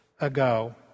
ago